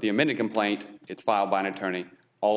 the amended complaint it's filed by an attorney all